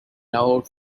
loud